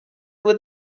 would